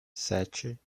sete